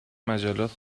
مجلات